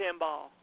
pinball